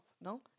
No